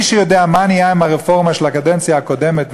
מי שיודע מה נהיה עם הרפורמה של הקדנציה הקודמת,